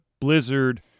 Blizzard